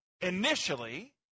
initially